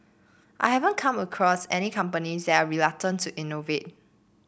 I haven't come across any companies that are reluctant to innovate